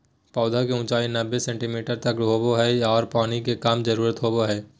पौधा के ऊंचाई नब्बे सेंटीमीटर तक होबो हइ आर पानी के कम जरूरत होबो हइ